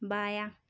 بایاں